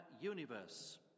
universe